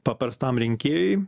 paprastam rinkėjui